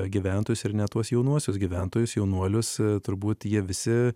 gyventojus ir net tuos jaunuosius gyventojus jaunuolius turbūt jie visi